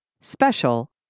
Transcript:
special